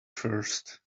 first